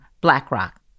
BlackRock